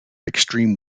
extreme